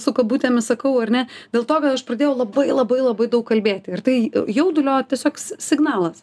su kabutėmis sakau ar ne dėl to kad aš pradėjau labai labai labai daug kalbėti ir tai jaudulio tiesiog si signalas